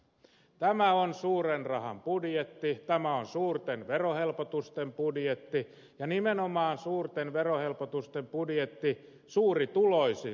tämä on suuren rahan budjetti tämä on suurten verohelpotusten budjetti ja nimenomaan suurten verohelpotusten budjetti suurituloisille